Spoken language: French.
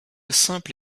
simple